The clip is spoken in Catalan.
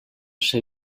seu